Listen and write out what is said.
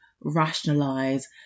rationalize